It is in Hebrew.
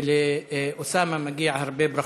ולאוסאמה מגיעות הרבה ברכות.